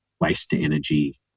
waste-to-energy